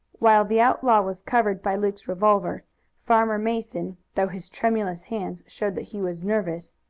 while the outlaw was covered by luke's revolver farmer mason, though his tremulous hands showed that he was nervous,